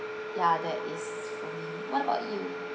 ya that is for me what about you